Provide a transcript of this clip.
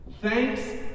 thanks